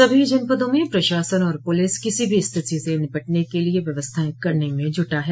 सभी जनपदों में प्रशासन और पुलिस किसी भी स्थिति से निपटने के लिये व्यवस्थाएं करने में जूटा है